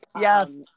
Yes